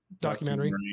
documentary